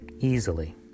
easily